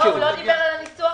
הוא לא דיבר על הניסוח.